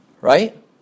right